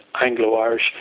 Anglo-Irish